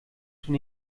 schon